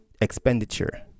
expenditure